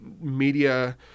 media –